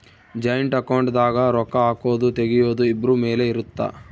joint account ದಾಗ ರೊಕ್ಕ ಹಾಕೊದು ತೆಗಿಯೊದು ಇಬ್ರು ಮೇಲೆ ಇರುತ್ತ